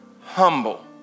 humble